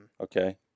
okay